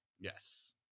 yes